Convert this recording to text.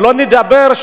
שלא נדבר,